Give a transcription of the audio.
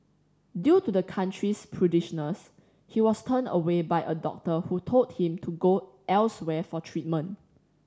due to the country's prudishness he was turned away by a doctor who told him to go elsewhere for treatment